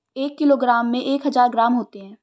एक किलोग्राम में एक हज़ार ग्राम होते हैं